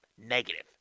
negative